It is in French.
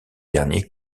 derniers